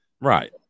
right